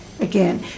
again